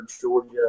Georgia